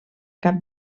cap